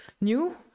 new